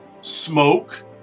smoke